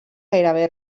gairebé